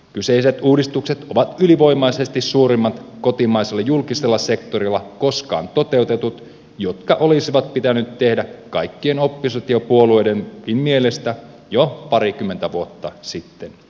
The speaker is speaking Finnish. kyseiset uudistukset ovat ylivoimaisesti suurimmat kotimaisella julkisella sektorilla koskaan toteutetut jotka olisi pitänyt tehdä kaikkien oppositiopuolueidenkin mielestä jo parikymmentä vuotta sitten